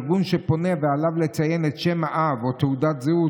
ארגון שפונה ועליו לציין את שם האב או תעודת זהות,